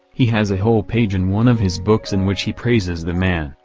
he has a whole page in one of his books in which he praises the man,